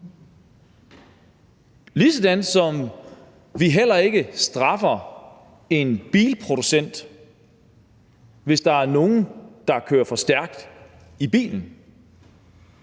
Ligesådan som vi heller ikke straffer en bilproducent, hvis der er nogen, der kører for stærkt i bilen,